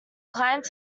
climbed